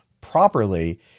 properly